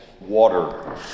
water